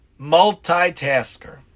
multitasker